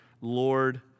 Lord